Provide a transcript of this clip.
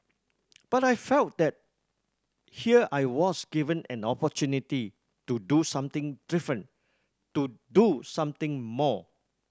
but I felt that here I was given an opportunity to do something different to do something more